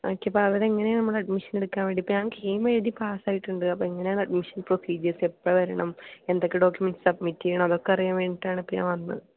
എനിക്ക് ഇപ്പം അവിടെ എങ്ങനെയാണ് നമ്മൾ അഡ്മിഷൻ എടുക്കാൻ വേണ്ടീ ഇപ്പോൾ ഞാൻ കീം എഴുതി പാസ്സായിട്ടുണ്ട് അപ്പോൾ എങ്ങനെയാണ് അഡ്മിഷൻ പ്രൊസീജിയേഴ്സ് എപ്പോൾ വരണം എന്തൊക്കെ ഡോക്യൂമെന്റസ് സബ്മിറ്റ് ചെയ്യണം അതൊക്കെ അറിയാൻ വേണ്ടീട്ടാണ് ഇപ്പം ഞാൻ വന്നത്